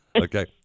okay